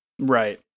Right